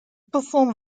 perform